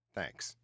Thanks